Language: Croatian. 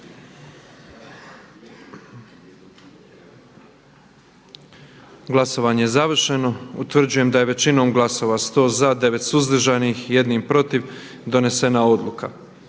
Glasovanje je završeno. Utvrđujem da je većinom glasova, 88 glasova za, 7 suzdržanih i 11 protiv donijeta odluka